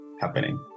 happening